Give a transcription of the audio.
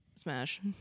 Smash